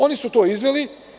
Oni su to izveli.